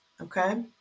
Okay